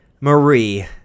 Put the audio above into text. marie